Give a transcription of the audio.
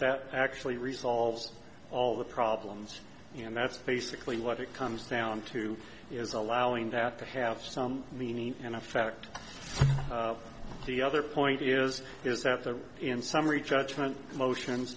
that actually resolves all the problems and that's basically what it comes down to is allowing that to have some meaning and effect the other point is is that there are in summary judgment motion